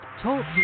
Talk